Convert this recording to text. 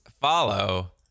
follow